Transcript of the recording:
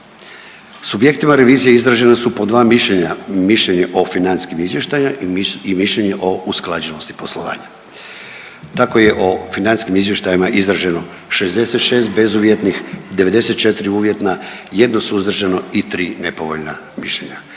Subjektima revizije izražena su po dva mišljenja, mišljenje o financijskim izvještajima i mišljenje o usklađenosti poslovanja. Tako je o financijskim izvještajima izraženo 66 bezuvjetnih , 94 uvjetna, jedno suzdržano i tri nepovoljna mišljenja,